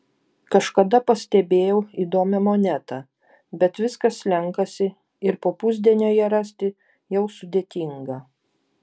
kažkada pastebėjau įdomią monetą bet viskas slenkasi ir po pusdienio ją rasti jau sudėtinga